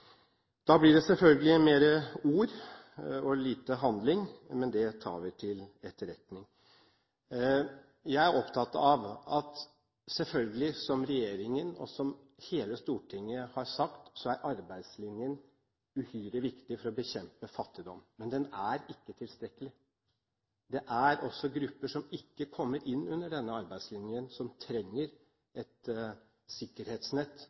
Da blir det selvfølgelig mer ord og lite handling, men det tar vi til etterretning. Jeg er selvfølgelig opptatt av det som regjeringen og hele Stortinget har sagt, at arbeidslinjen er uhyre viktig for å bekjempe fattigdom. Men den er ikke tilstrekkelig. Det er også grupper som ikke kommer inn under denne arbeidslinjen, som trenger et sikkerhetsnett